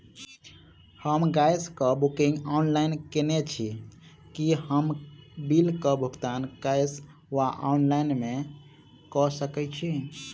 हम गैस कऽ booking online केने छी, की हम बिल कऽ भुगतान कैश वा ऑफलाइन मे कऽ सकय छी?